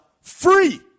free